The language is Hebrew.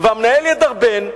והמנהל ידרבן,